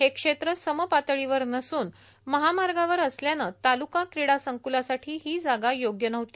हे क्षेत्र समपातळीवर नसून महामार्गावर असल्यानं तालुका क्रीडा संकुलासाठी ही जागा योग्य नव्हती